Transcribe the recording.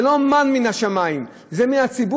זה לא מן מן השמים, זה מהציבור.